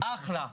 אחלה,